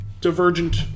divergent